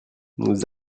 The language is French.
nous